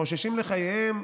חוששים לחייהם.